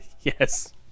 Yes